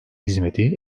hizmeti